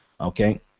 Okay